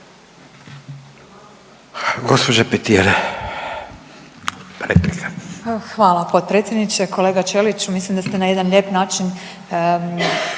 (Nezavisni)** Hvala potpredsjedniče. Kolega Ćeliću, mislim da ste na jedan lijep način